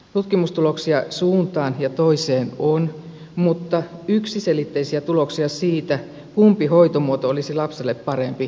tutkimustuloksia suuntaan ja toiseen on mutta yksiselitteisiä tuloksia siitä kumpi hoitomuoto olisi lapselle parempi ei ole